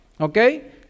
okay